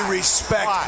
respect